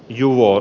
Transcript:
juho